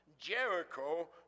Jericho